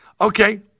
Okay